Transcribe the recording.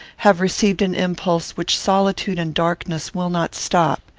have received an impulse which solitude and darkness will not stop.